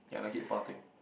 and I keep farting